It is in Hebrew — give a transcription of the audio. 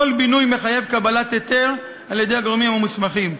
כל בינוי מחייב קבלת היתר על-ידי הגורמים המוסמכים.